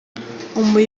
mukuru